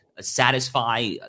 satisfy